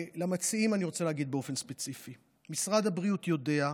למציעים אני רוצה להגיד באופן ספציפי: משרד הבריאות יודע,